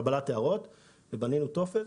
בנינו טופס